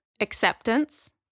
acceptance